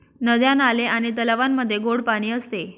नद्या, नाले आणि तलावांमध्ये गोड पाणी असते